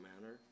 manner